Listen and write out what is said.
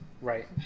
Right